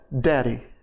daddy